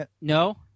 No